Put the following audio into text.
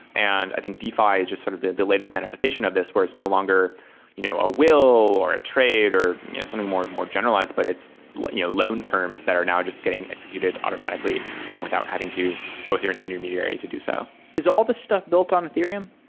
and i think defi is just sort of the the latest manifestation of this where it's no longer you know a will or a trader or something more and more generalized, but it's you know loan terms that are now just getting executed automatically um without having to go through an intermediary to do so is all of these stuff built on ethereum?